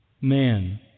man